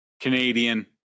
canadian